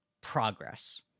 progress